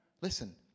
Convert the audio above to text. Listen